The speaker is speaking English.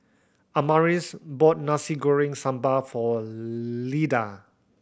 Amaris bought Nasi Goreng Sambal for Lyda